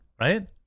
right